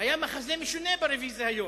היה מחזה משונה ברוויזיה היום.